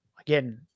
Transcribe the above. again